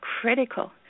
critical